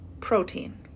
protein